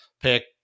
pick